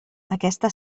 aquesta